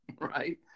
Right